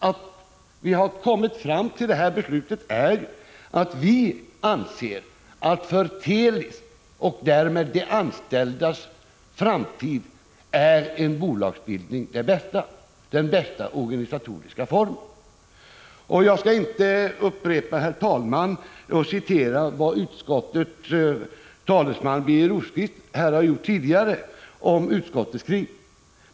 Att vi har kommit fram till detta beslut beror ju på att vi anser att bolagsformen är den organisatoriskt sett bästa formen för Telis och därmed de anställdas framtid. Herr talman! Jag skall inte upprepa vad utskottets talesman Birger Rosqvist tidigare här har sagt om utskottets skrivning.